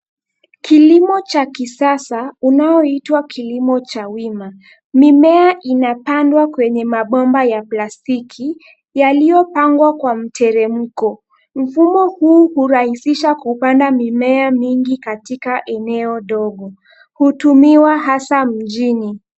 Kilimo cha kisasa unaoitwa kilimo cha wima. Mimea inapandwa kwenye mabomba ya plastiki yaliyopangwa kwa mteremko. Mfumo huu hurahisisha kupanda mimea mingi katika eneo dogo. Hutumiwa hasa mjini.